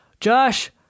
Josh